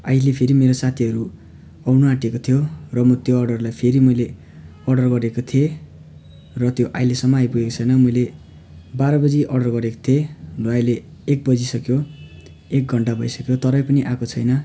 अहिले फेरि मेरो साथीहरू आउनु आँटेको थियो र मैले त्यो अर्डरलाई फेरि मैले अर्डर गरेको थिएँ र त्यो अहिलेसम्म आइपुगेको छैन मैले बाह्र बजी अर्डर गरेको थिएँ र अहिले एक बजिसक्यो एक घन्टा भइसक्यो तरै पनि आएको छैन